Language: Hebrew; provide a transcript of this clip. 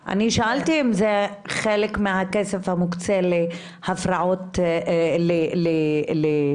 אני שאלתי אם זה חלק מהכסף המוקצה לבריאות הנפש.